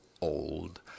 old